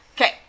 Okay